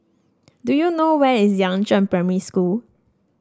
do you know where is Yangzheng Primary School